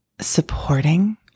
supporting